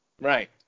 Right